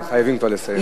חייבים כבר לסיים.